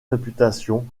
réputation